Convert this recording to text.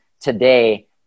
today